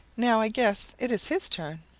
now i guess it is his turn.